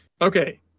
Okay